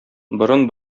борын